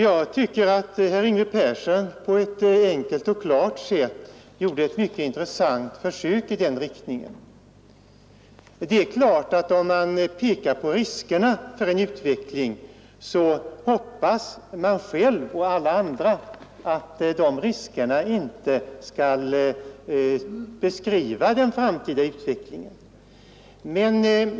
Jag tycker att herr Yngve Persson i Stockholm på ett enkelt och klart sätt gjorde ett mycket intressant försök i den riktningen, Det är givet att om man pekar på riskerna för en utveckling så hoppas man själv, och alla andra, att de riskerna inte skall bli verklighet i framtiden.